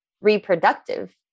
reproductive